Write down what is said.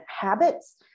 habits